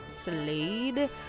Slade